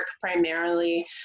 primarily